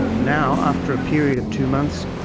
now after a period of two months,